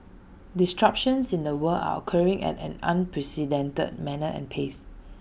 disruptions in the world are occurring at an unprecedented manner and pace